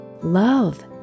love